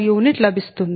u లభిస్తుంది